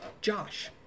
Josh